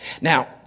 Now